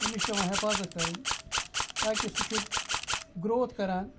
تمِس چھِ پیٚوان حفاظَت کَرٕنۍ تاکہِ سُہ چھُ گروتھ کَران